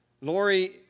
Lori